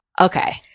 okay